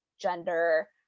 gender